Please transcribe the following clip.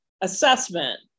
assessment